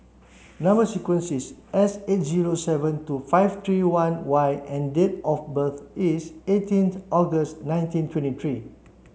number sequence is S eight zero seven two five three one Y and date of birth is eighteenth August nineteen twenty three